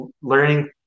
learning